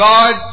God